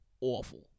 awful